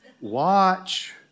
Watch